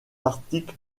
articles